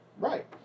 Right